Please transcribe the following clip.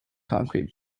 concrete